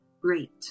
great